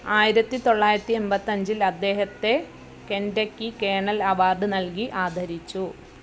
ആയിരത്തി തൊള്ളായിരത്തി എമ്പത്തഞ്ചിൽ അദ്ദേഹത്തെ കെൻറ്റക്കി കേണൽ അവാർഡ് നൽകി ആദരിച്ചു